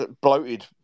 bloated